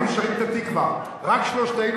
היינו שרים את "התקווה" רק שלושתנו,